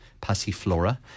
Passiflora